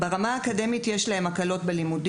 עזרה ברמה האקדמית: יש להם הקלות בלימודים,